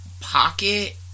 pocket